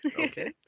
okay